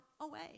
away